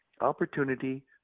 opportunity